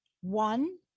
One